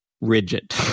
rigid